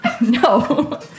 no